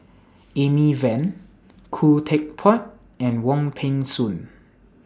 Amy Van Khoo Teck Puat and Wong Peng Soon